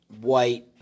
white